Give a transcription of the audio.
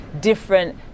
different